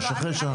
לא, לא.